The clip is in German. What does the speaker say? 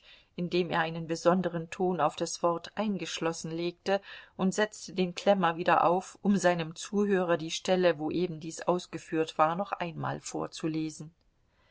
indem er einen besonderen ton auf das wort eingeschlossen legte und setzte den klemmer wieder auf um seinem zuhörer die stelle wo ebendies ausgeführt war noch einmal vorzulesen